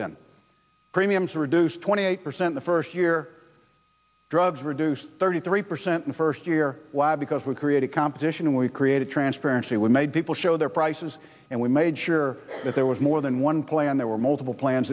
in premiums reduce twenty eight percent the first year drugs reduced thirty three percent in first year because we created competition we created transparency we made people show their prices and we made sure that there was more than one plan there were multiple plans